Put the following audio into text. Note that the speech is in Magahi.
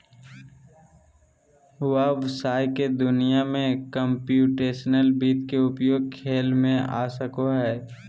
व्हवसाय के दुनिया में कंप्यूटेशनल वित्त के उपयोग खेल में आ सको हइ